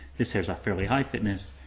this has a fairly high fitness,